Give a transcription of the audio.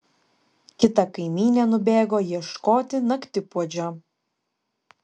kita kaimynė nubėgo ieškoti naktipuodžio